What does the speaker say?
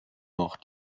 noch